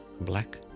black